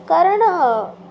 कारण ह